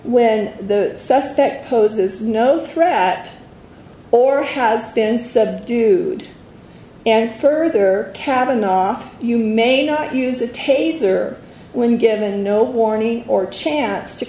when the suspect poses no threat or has been subdued and further kavanaugh you may not use a taser when given no warning or chance to